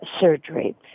surgery